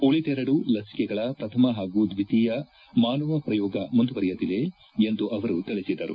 ಉಳಿದೆರಡು ಲಸಿಕೆಗಳ ಪ್ರಥಮ ಹಾಗೂ ದ್ವೀತಿಯ ಹಂತದ ಮಾನವ ಪ್ರಯೋಗ ಮುಂದುವರೆದಿದೆ ಎಂದು ಅವರು ತಿಳಿಸಿದರು